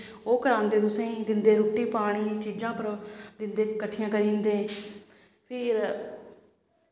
ओह् करांदे तुसेंगी दिंदे रुट्टी पानी चीजां दिंदे कट्ठियां करी दिंदे फ्ही